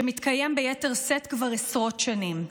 ומתקיים ביתר שאת כבר עשרות שנים.